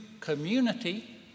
community